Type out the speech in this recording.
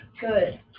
good